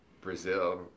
Brazil